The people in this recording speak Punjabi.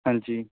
ਹਾਂਜੀ